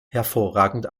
hervorragend